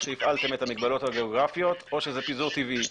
שהפעלתם את המגבלות הגיאוגרפיות או שזה פיזור טבעי.